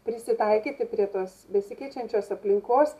prisitaikyti prie tos besikeičiančios aplinkos